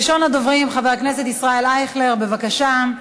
ראשון הדוברים, חבר הכנסת ישראל אייכלר, בבקשה,